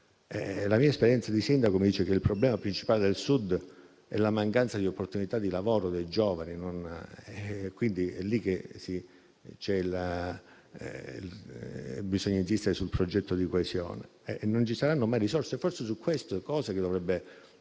la mia esperienza di sindaco mi dice che il problema principale del Sud è la mancanza di opportunità di lavoro dei giovani. Bisogna insistere sul progetto di coesione e non ci saranno mai risorse. Forse è su queste cose che dovrebbe